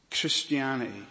Christianity